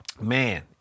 man